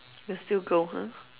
you'll still go ha